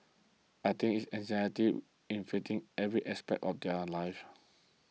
I think it's anxiety infecting every aspect of their lives